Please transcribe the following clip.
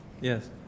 Yes